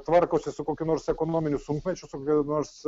tvarkosi su kokiu nors ekonominiu sunkmečiu kokiu nors